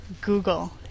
Google